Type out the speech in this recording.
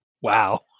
Wow